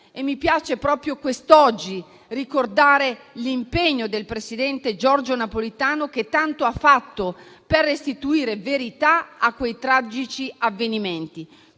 E mi piace proprio quest'oggi ricordare l'impegno del presidente Giorgio Napolitano, che tanto ha fatto per restituire verità a quei tragici avvenimenti.